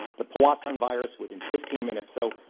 the powassan virus within fifteen minutes. so,